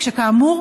כשכאמור,